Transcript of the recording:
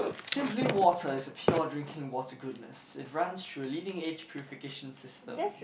simply water is a pure drinking water goodness it runs through leading age purification system